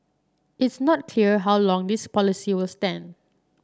it's not clear how long this policy will stand